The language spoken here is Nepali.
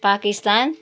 पाकिस्तान